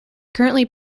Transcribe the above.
currently